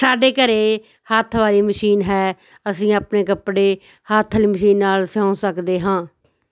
ਸਾਡੇ ਘਰ ਹੱਥ ਵਾਲੀ ਮਸ਼ੀਨ ਹੈ ਅਸੀਂ ਆਪਣੇ ਕੱਪੜੇ ਹੱਥ ਵਾਲੀ ਮਸ਼ੀਨ ਨਾਲ ਸਿਉਂ ਸਕਦੇ ਹਾਂ